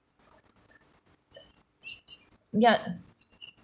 ya